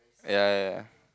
ya ya